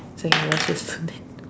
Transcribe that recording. just do that